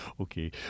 Okay